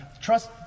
Trust